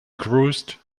cruised